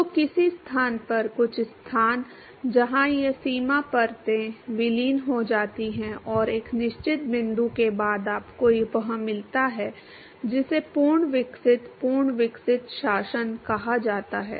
तो किसी स्थान पर कुछ स्थान जहां ये सीमा परतें विलीन हो जाती हैं और एक निश्चित बिंदु के बाद आपको वह मिलता है जिसे पूर्ण विकसित पूर्ण विकसित शासन कहा जाता है